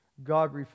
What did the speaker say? God